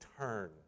turn